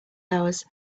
hours